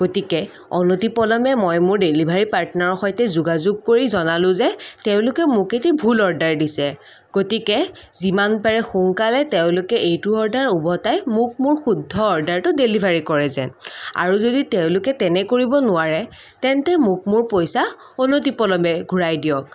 গতিকে অনতিপলমে মই মোৰ ডেলিভাৰী পাৰ্টনাৰৰ সৈতে যোগাযোগ কৰি জনালোঁ যে তেওঁলোকে মোক এটি ভুল অৰ্ডাৰ দিছে গতিকে যিমান পাৰি সোনকালে তেওঁলোকে এইটো অৰ্ডাৰ ওভটাই মোক মোৰ শুদ্ধ অৰ্ডাৰটো ডেলিভাৰী কৰে যেন আৰু যদি তেওঁলোকে তেনে কৰিব নোৱাৰে তেন্তে মোক মোৰ পইচা অনতিপলমে ঘূৰাই দিয়ক